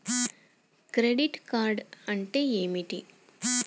Credit card అంటే ఏమిటి?